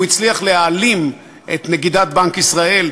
הוא הצליח להעלים את נגידת בנק ישראל,